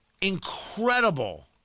incredible